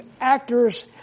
actors